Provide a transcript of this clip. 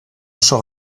oso